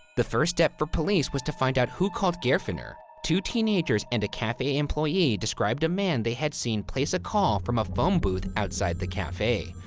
the first step for police was to find out who called geirfinnur. two teenagers and a cafe employee described a man they had seen place a call from a phone booth outside the cafe.